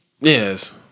Yes